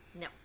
No